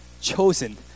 chosen